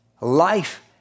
life